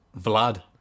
Vlad